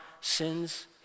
sins